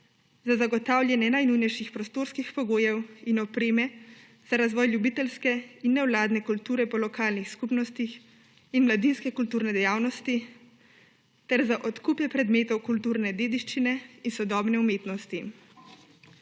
za zagotavljanje najnujnejših prostorskih pogojev in opreme, za razvoj ljubiteljske in nevladne kulture po lokalnih skupnostih in mladinske kulturne dejavnosti ter za odkupe predmetov kulturne dediščine in sodobne umetnosti.